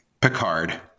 Picard